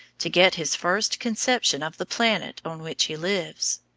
to get his first conception of the planet on which he lives.